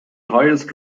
highest